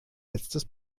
letztes